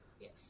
Yes